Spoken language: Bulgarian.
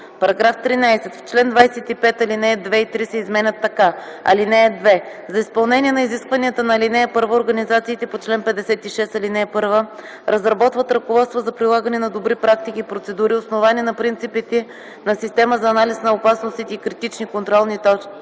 § 13: „§ 13. В чл. 25, ал. 2 и 3 се изменят така: „(2) За изпълнение на изискванията на ал. 1 организациите по чл. 56, ал. 1 разработват ръководства за прилагане на добри практики и процедури, основани на принципите на система за анализ на опасностите и критични контролни точки.